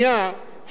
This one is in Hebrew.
אני קובע,